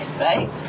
right